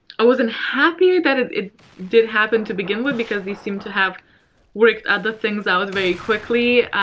i wasn't happy that it it did happen to begin with because they seem to have worked other things out very quickly,